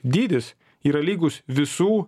dydis yra lygus visų